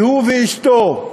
שהוא ואשתו,